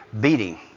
beating